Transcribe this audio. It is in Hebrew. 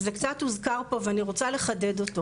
זה קצת הוזכר פה ואני רוצה לחדד אותו,